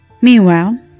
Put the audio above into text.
Meanwhile